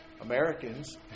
Americans